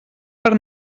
per